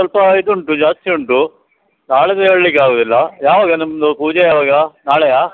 ಸ್ವಲ್ಪ ಇದು ಉಂಟು ಜಾಸ್ತಿ ಉಂಟು ನಾಳೆದು ಹೇಳ್ಳಿಕ್ಕೆ ಆಗುವುದಿಲ್ಲ ಯಾವಾಗ ನಿಮ್ಮದು ಪೂಜೆ ಯಾವಾಗ ನಾಳೆಯ